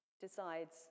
decides